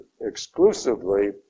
exclusively